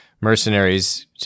mercenaries